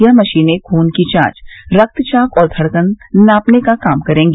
यह मशीने खून की जांच रक्तचाप और धड़कन नापने का काम करेंगी